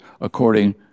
according